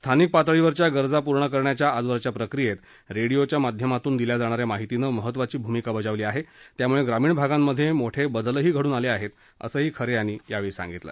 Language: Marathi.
स्थानिक पातळीवरच्या गरजा पूर्ण करण्याच्या आजवरच्या प्रक्रियेत रेडियोच्या माध्यमातून दिल्या जाणाऱ्या माहितीनं महत्वाची भूमिका बजावली आहे त्यामुळे ग्रामीण भागांत मोठे बदलही घडून आले आहेत असंही खरे यांनी यावेळी सांगितलं